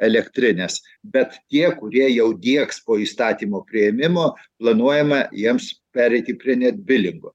elektrines bet tie kurie jau diegs po įstatymo priėmimo planuojama jiems pereiti prie net bilingo